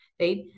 right